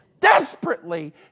Desperately